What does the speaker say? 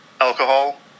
alcohol